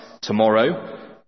tomorrow